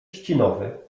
trzcinowy